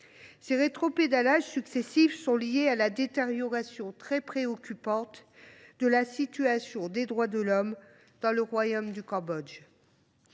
Ces rétropédalages successifs sont liés à la détérioration très préoccupante de la situation des droits de l’homme dans le royaume du Cambodge.